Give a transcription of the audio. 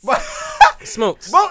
Smokes